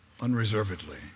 unreservedly